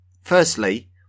Firstly